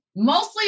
Mostly